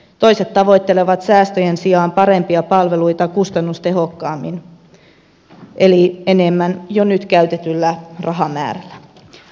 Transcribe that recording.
toiset tavoittelevat säästöjen sijaan parempia palveluita kustannustehokkaammin eli enemmän jo nyt käytetyllä rahamäärällä